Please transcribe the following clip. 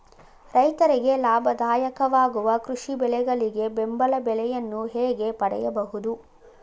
ರೈತರಿಗೆ ಲಾಭದಾಯಕ ವಾಗುವ ಕೃಷಿ ಬೆಳೆಗಳಿಗೆ ಬೆಂಬಲ ಬೆಲೆಯನ್ನು ಹೇಗೆ ಪಡೆಯಬಹುದು?